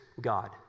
God